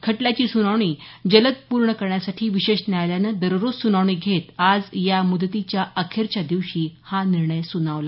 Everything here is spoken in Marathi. खटल्याची सुनावणी जलद पूर्ण करण्यासाठी विशेष न्यायालयानं दररोज सुनावणी घेत आज या मुदतीच्या अखेरच्या दिवशी हा निर्णय सुनावला